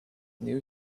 new